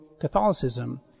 Catholicism